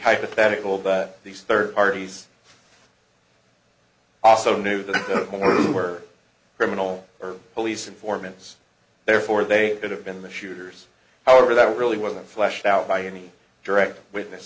hypothetical that these third parties also new this morning were criminal or police informants therefore they could have been the shooters however that really wasn't fleshed out by any direct witness